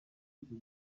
icyo